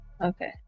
Okay